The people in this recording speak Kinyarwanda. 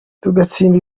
tugatsinda